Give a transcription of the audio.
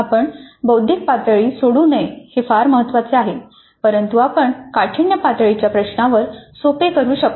आपण बौद्धिक पातळी सोडू नये हे फार महत्वाचे आहे परंतु आपण काठिण्य पातळीच्या प्रश्नावर सोपे करू शकतो